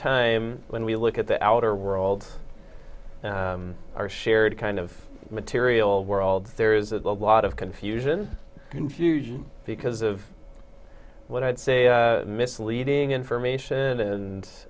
time when we look at the outer world and our shared kind of material world there is a lot of confusion confusion because of what i'd say misleading information and